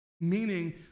Meaning